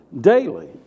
daily